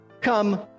come